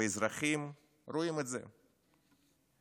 והאזרחים רואים את זה,